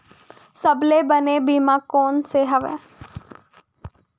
सबले बने बीमा कोन से हवय?